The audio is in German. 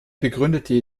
begründete